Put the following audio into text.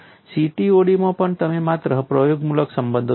CTOD માં પણ તમે માત્ર પ્રયોગમૂલક સંબંધો જ જોશો